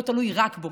לא תלוי רק בו.